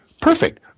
Perfect